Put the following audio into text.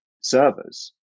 servers